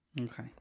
Okay